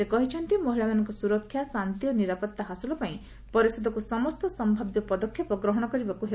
ସେ କହିଛନ୍ତି ମହିଳାମାନଙ୍କ ସୁରକ୍ଷା ଶାନ୍ତି ଓ ନିରାପତ୍ତା ହାସଲପାଇଁ ପରିଷଦକୁ ସମସ୍ତ ସମ୍ଭାବ୍ୟ ପଦକ୍ଷେପ ଗ୍ରହଣ କରିବାକୁ ହେବ